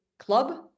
club